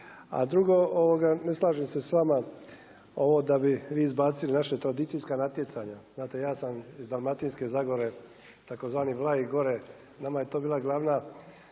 A drugo, ne slažem se s vama ovo da bi vi izbacili naša tradicijska natjecanja. Znate, ja sam iz Dalmatinske zagore, tzv. Vlaji gore, nama je to bila glavna